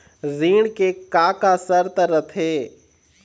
ऋण के का का शर्त रथे?